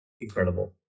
incredible